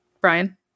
Brian